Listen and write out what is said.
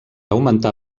augmentar